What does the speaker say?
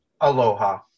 aloha